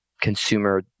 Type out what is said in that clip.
consumer